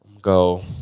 Go